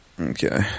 Okay